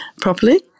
properly